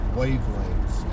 wavelengths